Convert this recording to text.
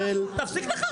תפסיק לחרטט פה.